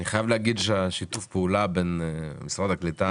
אני חייב להגיד ששיתוף הפעולה בין משרד הקליטה,